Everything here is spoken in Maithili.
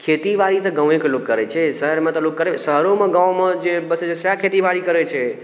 खेतीबाड़ी तऽ गावेँके लोक करै छै शहरमे तऽ लोक करै शहरोमे गावँमे जे बसै छै सएह खेतीबाड़ी करै छै